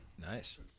nice